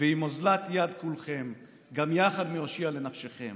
"ואם אוזלת יד כולכם גם יחד מהושיע לנפשכם,